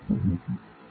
0611